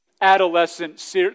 adolescent